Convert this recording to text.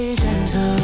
gentle